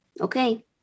Okay